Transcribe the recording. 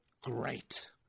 great